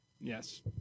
Yes